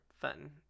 fun